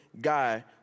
guy